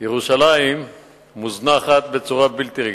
ירושלים מוזנחת בצורה בלתי רגילה.